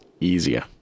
easier